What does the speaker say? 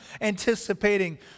anticipating